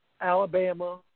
Alabama